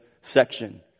section